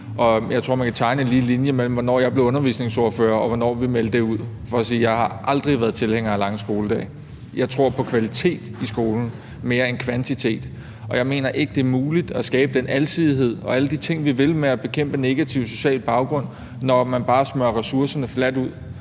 Jeg tror, man kan tegne en lige linje mellem, hvornår jeg blev undervisningsordfører, og hvornår vi meldte det ud. Det er bare for at sige: Jeg har aldrig været tilhænger af lange skoledage. Jeg tror på kvalitet i skolen mere end på kvantitet, og jeg mener ikke, det er muligt at skabe den alsidighed og alle de ting, vi vil med hensyn til at bekæmpe negativ social baggrund, når man bare smører ressourcerne fladt ud.